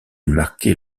marquait